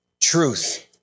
truth